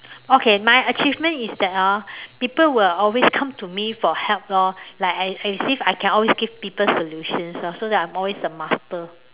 okay my achievement is that orh people will always come to me for help lor like I see I see if I can give solutions lor so that I'm always a master